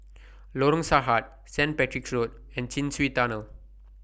Lorong Sarhad Saint Patrick's Road and Chin Swee Tunnel